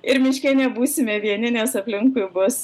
ir miške nebūsime vieni nes aplinkui bus